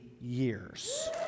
years